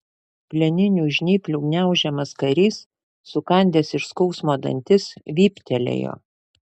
plieninių žnyplių gniaužiamas karys sukandęs iš skausmo dantis vyptelėjo